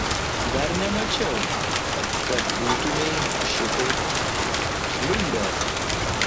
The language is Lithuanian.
dar nemačiau kad būtumei šitaip žliumbęs